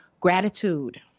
gratitude